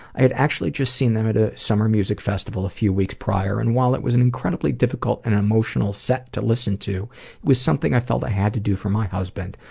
i had actually just seen them at a summer music festival a few weeks prior and, while it was an incredibly difficult and emotional set to listen to, it was something i felt i had to do for my husband,